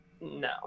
no